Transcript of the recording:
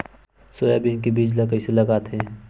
Soybean के बीज ल कइसे लगाथे?